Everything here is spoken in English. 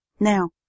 Now